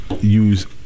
use